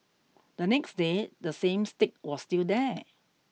the next day the same stick was still there